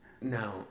No